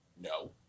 No